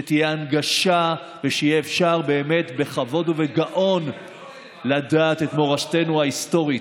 שתהיה הנגשה ושיהיה אפשר באמת בכבוד ובגאון לדעת את מורשתנו ההיסטורית.